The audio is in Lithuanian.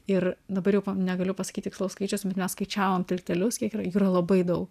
ir dabar jau negaliu pasakyt tikslaus skaičiaus mes skaičiavom tiltelius kiek jų yra jų yra labai daug